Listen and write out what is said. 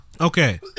Okay